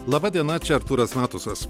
laba diena čia artūras matusas